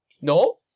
no